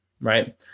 right